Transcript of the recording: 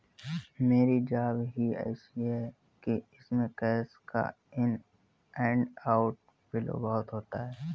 मेरी जॉब ही ऐसी है कि इसमें कैश का इन एंड आउट फ्लो बहुत होता है